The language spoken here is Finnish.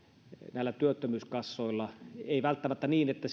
näillä työttömyyskassoilla ei välttämättä niin että